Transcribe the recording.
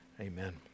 Amen